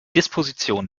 disposition